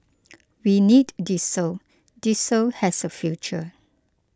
we need diesel diesel has a future